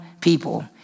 people